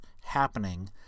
happening